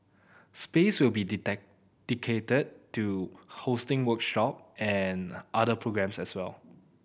space will be to hosting workshop and other programmes as well